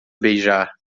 beijar